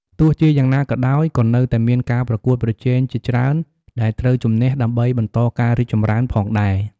ទោះជាយ៉ាងណាក៏ដោយ ក៏នៅមានការប្រកួតប្រជែងជាច្រើនដែលត្រូវជម្នះដើម្បីបន្តការរីកចម្រើនផងដែរ ។